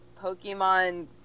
Pokemon